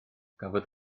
cafodd